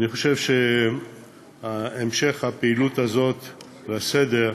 אני חושב שהמשך הפעילות הזאת והסדר,